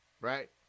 right